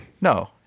No